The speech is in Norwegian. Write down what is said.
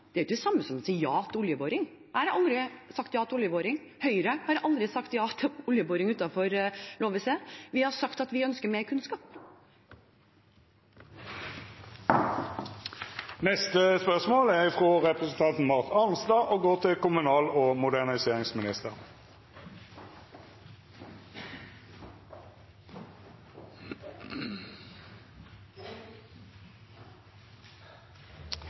er det samme som å si ja til oljeboring. Jeg har aldri sagt ja til oljeboring. Høyre har aldri sagt ja til oljeboring utenfor LoVeSe. Vi har sagt at vi ønsker mer kunnskap. «I Adresseavisen 21. februar 2020 sier kommunal- og moderniseringsministeren at kommunereformen må fortsette, og